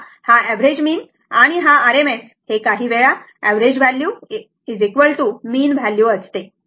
तर हा average mean आणि हा RMS हे काही वेळा एवरेज व्हॅल्यू मीन व्हॅल्यू असते